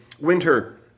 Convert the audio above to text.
winter